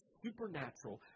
supernatural